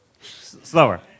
Slower